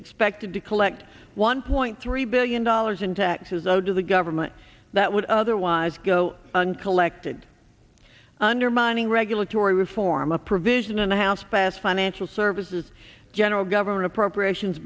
expected to collect one point three billion dollars in taxes owed to the government that would otherwise go uncollected undermining regulatory reform a provision in the house passed financial services general government appropriations